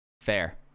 Fair